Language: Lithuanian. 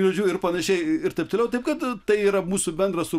žodžiu ir pananašiai ir taip toliau taip kad tai yra mūsų bendras